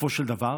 בסופו של דבר,